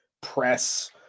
press